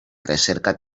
recerca